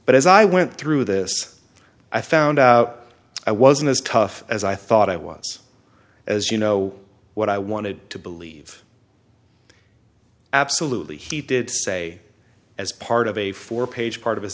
but as i went through this i found out i wasn't as tough as i thought i was as you know what i wanted to believe absolutely he did say as part of a four page part of his